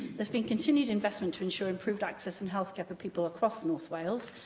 there's been continued investment to ensure improved access and healthcare for people across north wales.